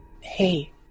hey